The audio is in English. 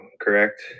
correct